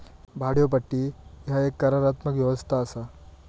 भाड्योपट्टी ह्या एक करारात्मक व्यवस्था असा